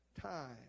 time